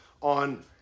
on